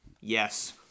Yes